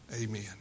Amen